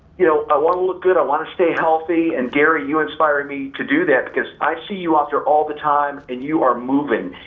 you know, i want to look good. i want to stay healthy. and, gary, you inspired me to do that because i see you out there all the time, and you are moving.